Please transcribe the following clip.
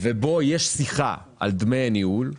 ובו יש שיחה על דמי הניהול,